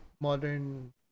modern